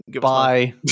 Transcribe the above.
Bye